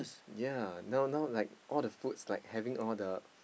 yea now now like all the foods like having all the